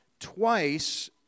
Twice